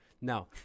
No